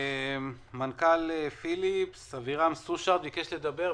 מנכ"ל פיליפס אבירם סושרד ביקש לדבר.